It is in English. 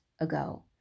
ago